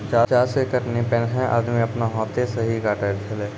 चास के कटनी पैनेहे आदमी आपनो हाथै से ही काटै छेलै